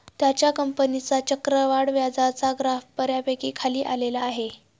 त्याच्या कंपनीचा चक्रवाढ व्याजाचा ग्राफ बऱ्यापैकी खाली आलेला आहे